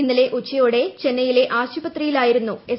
ഇന്നലെ ഉച്ചയോടെ ചെന്നൈയിലെ ആശുപത്രിയിലായിരുന്നു എസ്